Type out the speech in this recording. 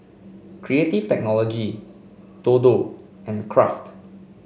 Creative Technology Dodo and Kraft